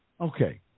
Okay